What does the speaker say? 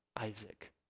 isaac